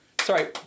Sorry